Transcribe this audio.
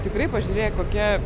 tikrai pažiūrėk kokia